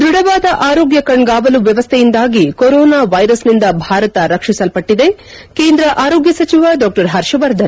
ದೃಢವಾದ ಆರೋಗ್ಯ ಕಣ್ಗಾವಲು ವ್ಯವಸ್ಥೆಯಿಂದಾಗಿ ಕೊರೊನಾ ವೈರಸ್ನಿಂದ ಭಾರತ ರಕ್ಷಿಸಲ್ಪಟ್ಟದೆ ಕೇಂದ್ರ ಆರೋಗ್ಲ ಸಚಿವ ಡಾ ಹರ್ಷವರ್ಧನ್